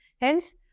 hence